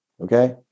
okay